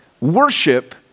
Worship